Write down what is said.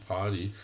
Party